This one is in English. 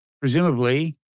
presumably